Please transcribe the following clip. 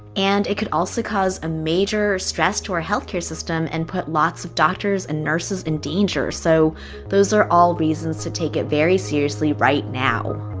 and it could also cause a major stress to our health care system and put lots of doctors and nurses in danger, so those are all reasons to take it very seriously right now